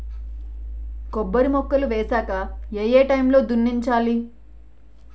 కొబ్బరి మొక్కలు వేసాక ఏ ఏ టైమ్ లో దున్నించాలి?